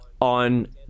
on